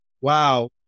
Wow